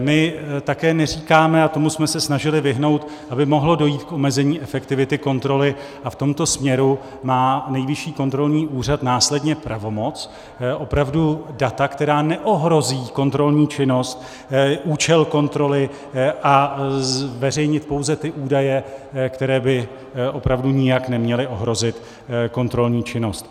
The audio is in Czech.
My také neříkáme, a tomu jsme se snažili vyhnout, aby mohlo dojít k omezení efektivity kontroly, a v tomto směru má Nejvyšší kontrolní úřad následně pravomoc opravdu data, která neohrozí kontrolní činnost, účel kontroly, a zveřejnit pouze ty údaje, které by opravdu nijak neměly ohrozit kontrolní činnost.